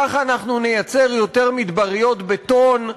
ככה אנחנו נייצר יותר מדבריות בטון,